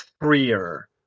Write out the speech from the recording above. freer